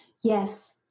Yes